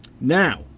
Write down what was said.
Now